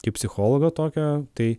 kaip psichologo tokio tai